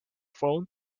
phone